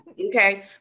Okay